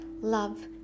Love